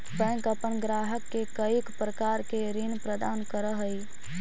bank अपन ग्राहक के कईक प्रकार के ऋण प्रदान करऽ हइ